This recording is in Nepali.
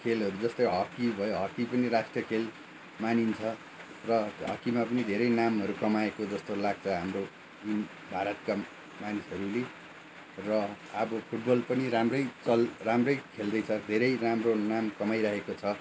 खेलहरू जस्तै हक्की भयो हक्की पनि राष्ट्रिय खेल मानिन्छ र हक्कीमा पनि धेरै नामहररू कमाएको जस्तो लाग्छ हाम्रो इन भारतका मानिसहरूले र अब फुटबल पनि राम्रै चल् राम्रै खेल्दैछ धेरै राम्रो नाम कमाइरहेको छ